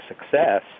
success